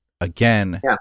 again